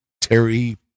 Terry